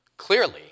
Clearly